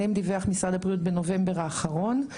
עליהם דיווח משרד הבריאות בנובמבר האחרון,